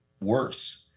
worse